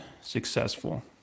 successful